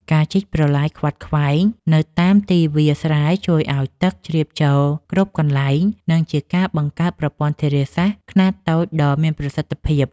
ការជីកប្រឡាយខ្វាត់ខ្វែងនៅតាមទីវាលស្រែជួយឱ្យទឹកជ្រាបចូលគ្រប់កន្លែង និងជាការបង្កើតប្រព័ន្ធធារាសាស្ត្រខ្នាតតូចដ៏មានប្រសិទ្ធភាព។